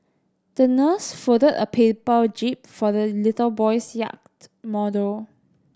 the nurse folded a paper jib for the little boy's yacht model